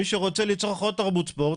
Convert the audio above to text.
מי שרוצה לצרוך עוד תרבות ספורט,